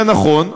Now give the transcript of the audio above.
זה נכון,